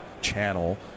channel